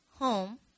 Home